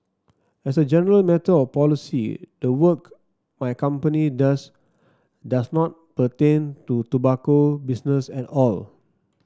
as a general matter of policy the work my company does does not pertain to tobacco business at all